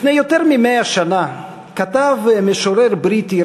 לפני יותר מ-100 שנה כתב משורר בריטי,